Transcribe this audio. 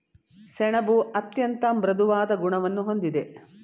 ಸೆಣಬು ಅತ್ಯಂತ ಮೃದುವಾದ ಗುಣವನ್ನು ಹೊಂದಿದೆ